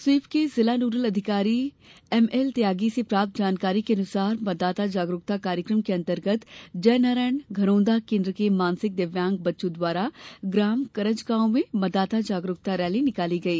SVEEP के जिला nodal अधिकारी एमएल त्यागी से प्राप्त जानकारी के अनुसार मतदाता जागरूकता कार्यक्रम के अंतर्गत जयनारायण घरोंदा केन्द्र के मानसिक दिव्यांग बच्चों द्वारा ग्राम करजगांव में मतदाता जागरूकता रैली निकाली गई